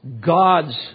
God's